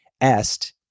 est